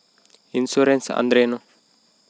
Insurance ಅಂದ್ರೇನು?